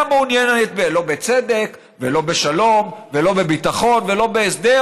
מעוניינת לא בצדק ולא בשלום ולא בביטחון ולא בהסדר,